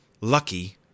lucky